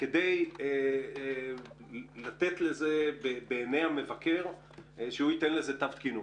כדי לתת לזה בעיני המבקר את התקינות.